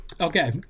okay